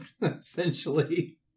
essentially